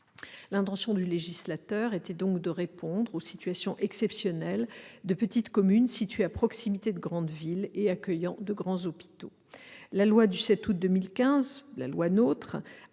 L'intention du législateur était donc de répondre aux situations exceptionnelles de petites communes situées à proximité de grandes villes et accueillant de grands hôpitaux. La loi NOTRe